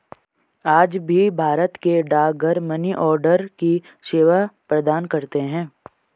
आज भी भारत के डाकघर मनीआर्डर की सेवा प्रदान करते है